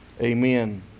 Amen